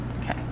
Okay